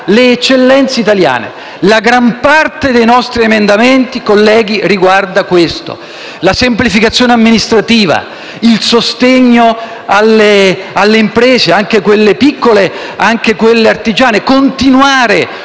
le eccellenze italiane. La gran parte dei nostri emendamenti, colleghi, riguarda questo: la semplificazione amministrativa, il sostegno alle imprese, anche quelle piccole, anche quelle artigiane; prorogare